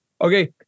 Okay